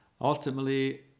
ultimately